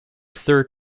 third